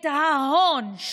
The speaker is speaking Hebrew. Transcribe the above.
את ההון.